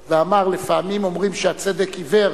ואמר: לפעמים אומרים שהצדק עיוור,